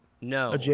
No